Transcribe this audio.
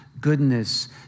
Goodness